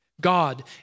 God